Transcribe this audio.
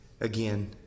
again